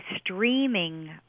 streaming